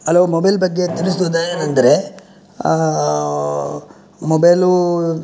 hello mobile ಬಗ್ಗೆ ತಿಳಿಸೋದೇನೆಂದ್ರೆ mobile